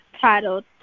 titled